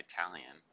Italian